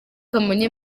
kamonyi